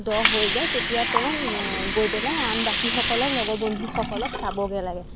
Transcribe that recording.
দহ হৈ যায় তেতিয়া তেওঁ গৈ পেলাই আন বাকীসকলক লগৰ বন্ধুসকলক চাবগৈ লাগে